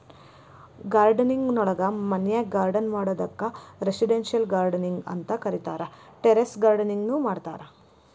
gardening ನೊಳಗ ಮನ್ಯಾಗ್ garden ಮಾಡೋದಕ್ಕ್ ರೆಸಿಡೆಂಟಿಯಲ್ ಗಾರ್ಡನಿಂಗ್ ಅಂತ ಕರೇತಾರ, ಟೆರೇಸ್ ಗಾರ್ಡನಿಂಗ್ ನು ಮಾಡ್ತಾರ